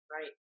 Right